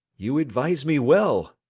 you advise me well.